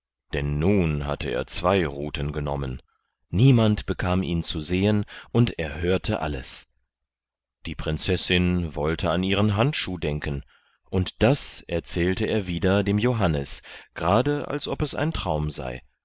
denn nun hatte er zwei ruten genommen niemand bekam ihn zu sehen und er hörte alles die prinzessin wollte an ihren handschuh denken und das erzählte er wieder dem johannes gerade als ob es ein traum sei